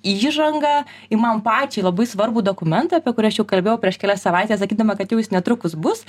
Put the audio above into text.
įžanga į man pačiai labai svarbų dokumentą apie kurį aš jau kalbėjau prieš kelias savaites sakydama kad jau jis netrukus bus